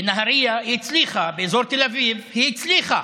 בנהריה היא הצליחה, באזור תל אביב היא הצליחה.